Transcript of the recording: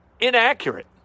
inaccurate